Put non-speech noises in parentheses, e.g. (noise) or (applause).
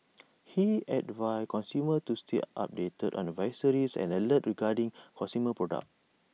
(noise) he advised consumers to stay updated on advisories and alerts regarding consumer products